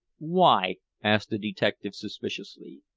why? asked the detective suspiciously.